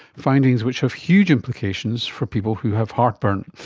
findings which have huge implications for people who have heartburn.